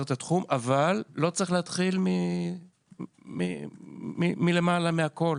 אבל לא צריך להתחיל מלמעלה בכל.